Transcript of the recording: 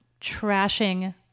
trashing